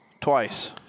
twice